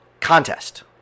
contest